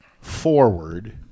forward